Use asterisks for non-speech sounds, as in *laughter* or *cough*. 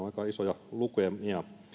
*unintelligible* aika isoja lukemia